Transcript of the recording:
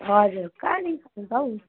हजुर कहाँ रिसाउँछ हौ